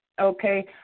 okay